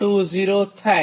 20 થાય